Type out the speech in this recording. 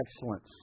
excellence